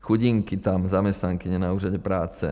Chudinky tam zaměstnankyně na úřadu práce.